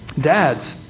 Dads